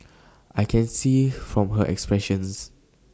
I can see from her expressions